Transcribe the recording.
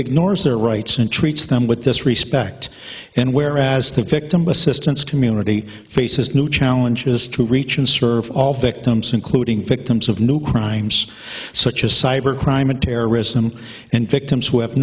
ignores their rights and treats them with this respect and whereas the victim assistance community faces new challenges to reach and serve all victims including victims of new crimes such as cyber crime and terrorism and victims w